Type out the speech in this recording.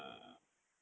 ah